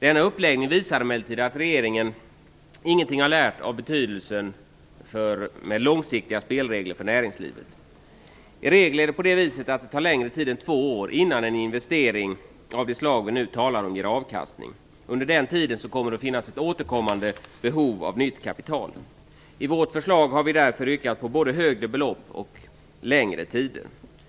Denna uppläggning visar emellertid att regeringen ingenting har lärt av betydelsen av långsiktiga spelregler för näringslivet. I regel tar det längre tid än två år innan en investering av det slag vi nu talar om ger avkastning. Under den tiden kommer det att finnas ett återkommande behov av nytt kapital. I vårt förslag har vi därför yrkat på både högre belopp och längre tid.